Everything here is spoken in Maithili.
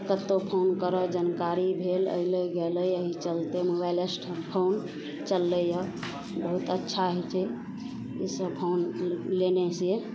कतहु फोन करऽ जानकारी भेल अएलै गेलै एहि चलिते मोबाइलेस्ट फोन चललै यऽ बहुत अच्छा होइ छै ईसब फोन लोक लेने से